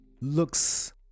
looks